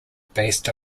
based